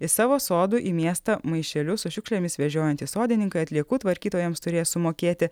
iš savo sodų į miestą maišelius su šiukšlėmis vežiojantys sodininkai atliekų tvarkytojams turės sumokėti